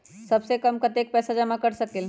सबसे कम कतेक पैसा जमा कर सकेल?